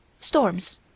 Storms